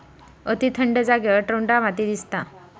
अती थंड जागेवर टुंड्रा माती दिसता